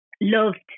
loved